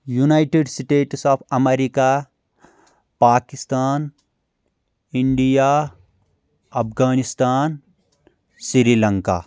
United states of America Pakistan India Afghanistan Sri Lanka